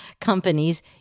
companies